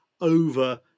over